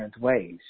ways